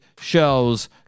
shows